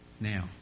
now